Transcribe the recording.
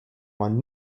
man